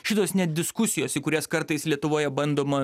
šitos net diskusijos į kurias kartais lietuvoje bandoma